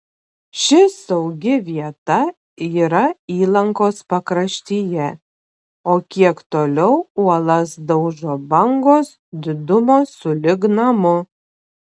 ši saugi vieta yra įlankos pakraštyje o kiek toliau uolas daužo bangos didumo sulig namu